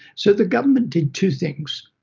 so the government did two things.